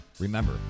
Remember